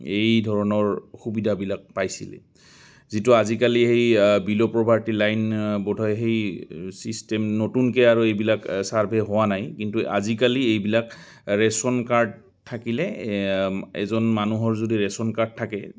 এই ধৰণৰ সুবিধাবিলাক পাইছিলে যিটো আজিকালি সেই বিল' প্ৰভাৰ্টি লাইন বোধ হয় সেই ছিষ্টেম নতুনকৈ আৰু এইবিলাক ছাৰ্ভে হোৱা নাই কিন্তু আজিকালি এইবিলাক ৰেচন কাৰ্ড থাকিলে এজন মানুহৰ যদি ৰেচন কাৰ্ড থাকে